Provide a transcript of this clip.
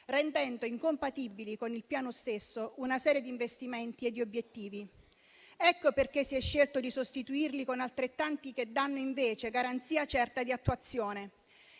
rendendo incompatibile con il Piano stesso una serie di investimenti e di obiettivi. Ecco perché si è scelto di sostituirli con altrettanti, che danno invece garanzia certa di attuazione.